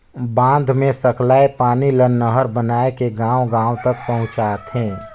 बांध मे सकलाए पानी ल नहर बनाए के गांव गांव तक पहुंचाथें